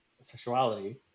sexuality